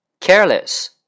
careless